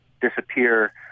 disappear